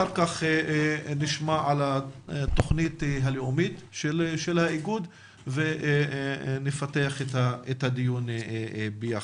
אחר כך נשמע על התוכנית הלאומית של האיגוד ונפתח את הדיון ביחד.